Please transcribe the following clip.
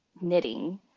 knitting